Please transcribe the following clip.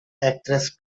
actress